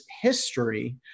history